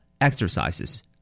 exercises